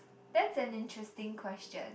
that's an interesting question